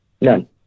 None